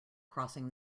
crossing